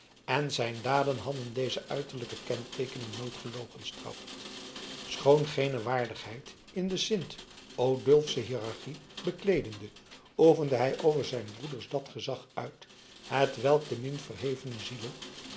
en zijn daden hadden deze uiterlijke kenteekenen nooit gelogenstraft schoon geene waardigheid in de sint odulfsche hiërarchie bekleedende oefende hij over zijn broeders dat gezag uit hetwelk de min verhevene zielen